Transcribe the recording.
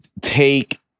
take